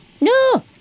No